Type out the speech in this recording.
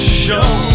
show